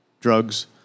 drugs